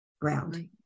ground